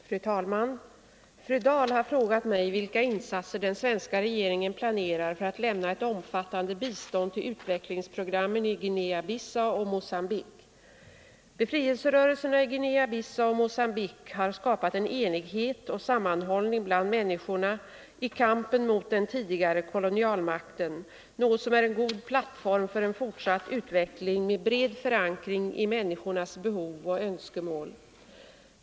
Fru talman! Fru Dahl har frågat mig vilka insatser den svenska regeringen planerar för att lämna ett omfattande bistånd till utvecklingsprogrammen i Guinea-Bissau och Mogambique. Befrielserörelserna i Guinea-Bissau och Mogambique har skapat en enighet och sammanhållning bland människorna i kampen mot den tidigare kolonialmakten, något som är en god plattform för en fortsatt utveckling med bred förankring i människornas behov och önskemål.